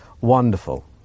wonderful